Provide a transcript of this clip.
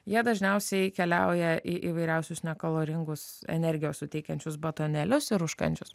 jie dažniausiai keliauja į įvairiausius nekaloringus energijos suteikiančius batonėlius ir užkandžius